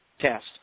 test